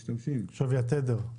שווי התדר.